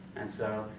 and so,